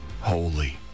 holy